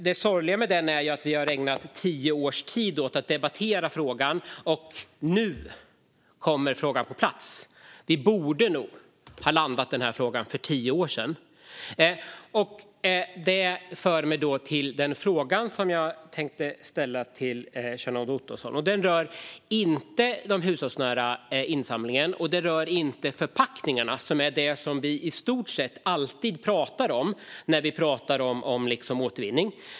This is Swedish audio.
Det sorgliga är ju att vi har ägnat tio år åt att debattera frågan, och först nu kommer detta på plats. Vi borde nog ha landat i frågan för tio år sedan. Detta för mig till den fråga som jag tänkte ställa till Kjell-Arne Ottosson. Den rör inte den hushållsnära insamlingen och inte heller förpackningarna, som är det som vi i stort sett alltid pratar om när vi pratar om återvinning.